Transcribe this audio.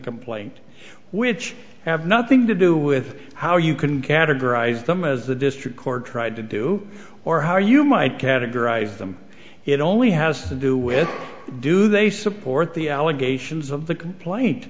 complaint which have nothing to do with how you can categorize them as the district court tried to do or how you might categorize them it only has to do with do they support the allegations of the complaint